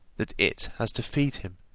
that it has to feed him,